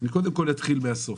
אני קודם כל אתחיל מהסוף.